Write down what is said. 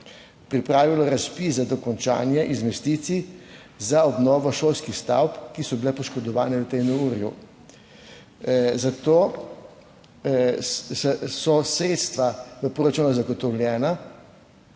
pripravilo razpis za dokončanje investicij za obnovo šolskih stavb, ki so bile poškodovane v tem neurju. Zato so sredstva v proračunu zagotovljena